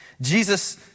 Jesus